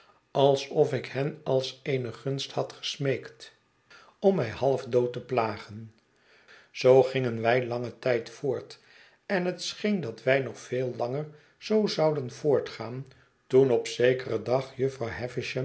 alsof ik hen als eene gunst had gesmeekt om mij halfdood te plagen zoo gingen wij langen tijd voort en het scheen dat wij nog veel langer zoo zouden voortgaan toen op zekeren dag jufvrouw